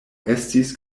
estis